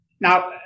now